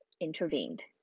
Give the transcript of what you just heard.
Intervened